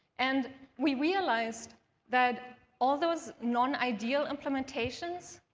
and we realized that all those non-ideal implementations,